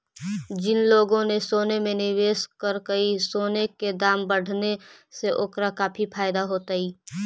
जिन लोगों ने सोने में निवेश करकई, सोने के दाम बढ़ने से ओकरा काफी फायदा होतई